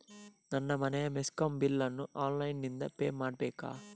ನನ್ನ ಮನೆಯ ಮೆಸ್ಕಾಂ ಬಿಲ್ ಅನ್ನು ಆನ್ಲೈನ್ ಇಂದ ಪೇ ಮಾಡ್ಬೇಕಾ?